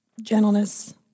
Gentleness